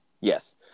Yes